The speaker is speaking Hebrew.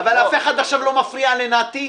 אף אחד לא מפריע עכשיו לנתי ביאליסטוק.